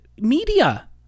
media